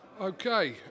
okay